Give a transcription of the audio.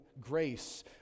grace